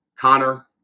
Connor